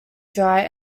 dry